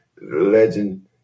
Legend